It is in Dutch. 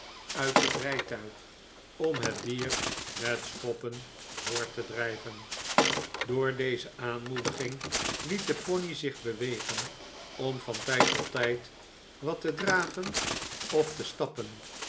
uit het rijtuig om het dier met schoppen voort te drijven door deze aanmoediging liet de pony zich bewegen om van tijd tot tijd wat te draven of te stappen